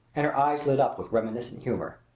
and her eyes lit up with reminiscent humor.